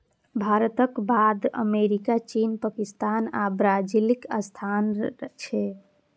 भारतक बाद अमेरिका, चीन, पाकिस्तान आ ब्राजीलक स्थान छै